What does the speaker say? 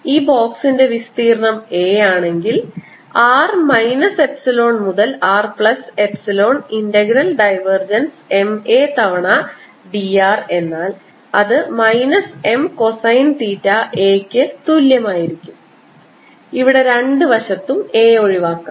ഈ ബോക്സിന്റെ വിസ്തീർണ്ണം a ആണെങ്കിൽ r മൈനസ് എപ്സിലോൺ മുതൽ r plus epsilon integral divergence M a തവണ dr എന്നാൽ അത് minus M cosine theta a ക്ക് തുല്യം ആയിരിക്കും ഇവിടെ രണ്ടുവശത്തും a ഒഴിവാക്കാം